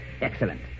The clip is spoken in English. Excellent